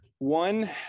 One